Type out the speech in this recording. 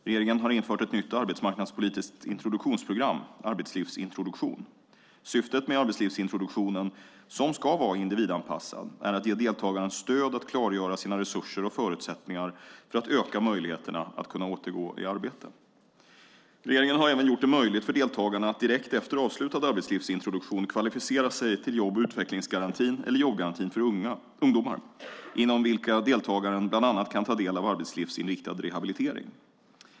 Regeringen har infört ett nytt arbetsmarknadspolitiskt introduktionsprogram, Arbetslivsintroduktion. Syftet med arbetslivsintroduktionen, som ska vara individanpassad, är att ge deltagaren stöd att klargöra sina resurser och förutsättningar för att öka möjligheterna att kunna återgå i arbete. Regeringen har även gjort det möjligt för deltagarna att direkt efter avslutad arbetslivsintroduktion kvalificera sig till jobb och utvecklingsgarantin eller jobbgarantin för ungdomar, inom vilka deltagaren bland annat kan ta del av arbetslivsinriktad rehabilitering.